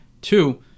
Two